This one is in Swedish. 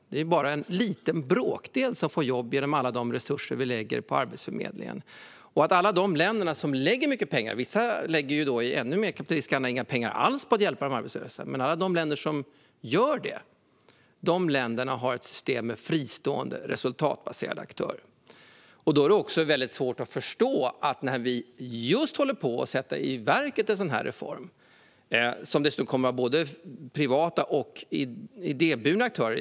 Det är bara en liten bråkdel som får jobb med hjälp av alla de resurser som vi lägger på Arbetsförmedlingen. Vissa länder lägger inga pengar alls på att hjälpa de arbetslösa, men alla de länder som lägger pengar på de arbetslösa har ett system med fristående resultatbaserade aktörer. Just nu sätter vi en reform i verket med både privata och idéburna aktörer.